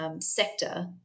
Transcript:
sector